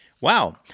Wow